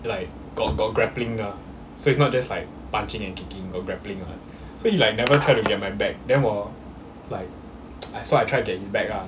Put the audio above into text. like got got grappling so it's not just like punching and kicking got grappling so he like never try to get my back then 我 like I so I tried get his back ah